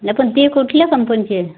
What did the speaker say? नाही पण ती कुठल्या कंपनीची आहे